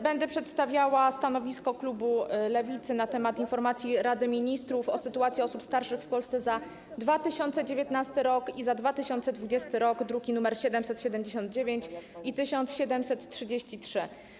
Będę przedstawiała stanowisko klubu Lewicy w sprawie informacji Rady Ministrów o sytuacji osób starszych w Polsce za 2019 r. i za 2020 r., druki nr 779 i 1733.